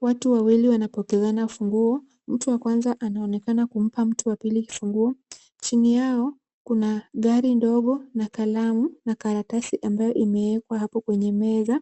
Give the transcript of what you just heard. Watu wawili wakipokezana kifunguo, mtu wa kwanza anaonekana kumpa mtu wa pili kifunguo chini yao kuna gari ndogo na kalamu na karatasi ambayo imewekwa hapo kwenye meza,